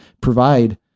provide